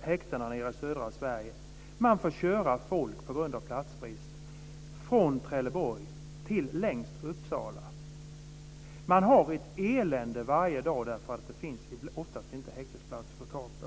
häktena i södra Sverige rapportera att man från Trelleborg på grund av platsbrist får köra häktade som längst till Uppsala. Man har ett elände varje dag därför att det oftast inte finns häktesplatser att få tag på.